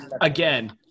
Again